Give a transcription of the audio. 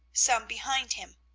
some behind him,